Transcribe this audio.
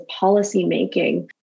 policymaking